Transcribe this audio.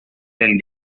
del